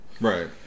right